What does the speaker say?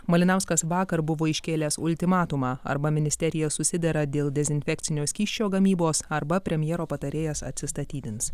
malinauskas vakar buvo iškėlęs ultimatumą arba ministerija susidera dėl dezinfekcinio skysčio gamybos arba premjero patarėjas atsistatydins